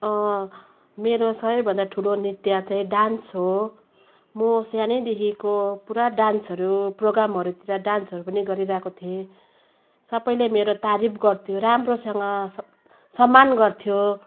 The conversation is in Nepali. मेरो सबभन्दा ठुलो नृत्य चाहिँ डान्स हो म सानैदेखिको पुरा डान्सहरू प्रोग्रामहरूतिर डान्सहरू पनि गरिरहेको थिएँ सबले मेरो तारिफ गर्थ्यो राम्रोसँग सम् सम्मान गर्थ्यो